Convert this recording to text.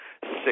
six